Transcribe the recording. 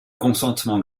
consentement